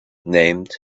named